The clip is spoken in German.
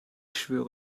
schwöre